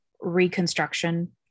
reconstruction